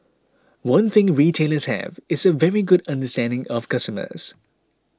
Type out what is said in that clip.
one thing retailers have is a very good understanding of customers